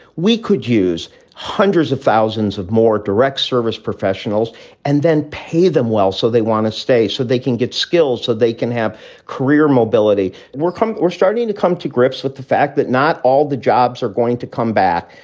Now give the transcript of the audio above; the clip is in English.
we could use hundreds of thousands of more direct service professionals and then pay them well. so they want to stay so they can get skills so they can have career mobility and we're coming we're starting to come to grips with the fact that not all the jobs are going to come back.